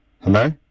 Hello